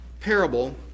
parable